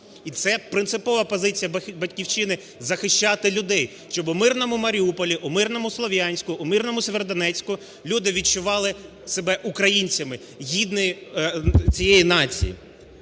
І це принципова позиція "Батьківщини" – захищати людей, щоби в мирному Маріуполі, у мирному Слов'янську, у мирному Сєвєродонецьку люди відчували себе українцями, гідні цієї нації.